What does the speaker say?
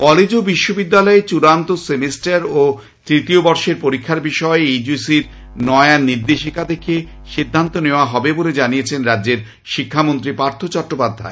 college ও বিশ্ববিদ্যালয়ের চুড়ান্ত সেমিস্টার ও তৃতীয় বর্ষের পরীক্ষার বিষয়ে ইউজিসির নয়া নির্দেশিকা দেখে সিদ্ধান্ত নেওয়া হবে বলে জানিয়েছেন রাজ্যের শিক্ষামন্ত্রী পার্থ চট্টোপাধ্যায়